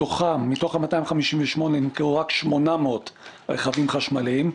מתוכם נמכרו רק 800 רכבים חשמליים,